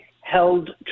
held